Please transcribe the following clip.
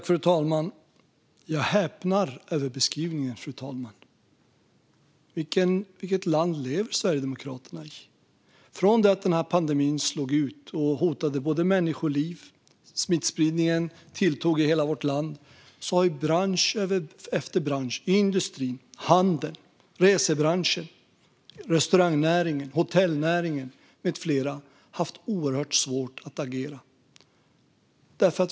Fru talman! Jag häpnar över beskrivningen. Vilket land lever Sverigedemokraterna i? Från det att pandemin började hota människoliv och smittspridningen tilltog i hela vårt land har bransch efter bransch - industri, handel, resebransch, restaurangnäring, hotellnäring med flera - haft svårt att verka.